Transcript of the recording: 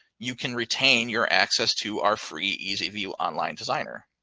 you can retain your access to our free easy view online designer.